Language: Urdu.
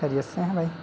خیریت سے ہیں بھائی